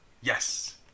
Yes